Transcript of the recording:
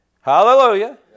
Hallelujah